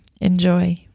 Enjoy